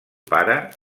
pare